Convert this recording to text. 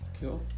Cool